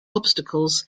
obstacles